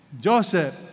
Joseph